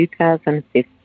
2015